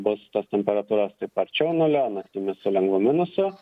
bus tos temperatūros taip arčiau nulio naktimis su lengvu minusu